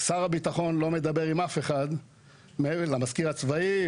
שר הביטחון לא מדבר עם אף אחד מעבר למזכיר הצבאי,